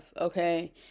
Okay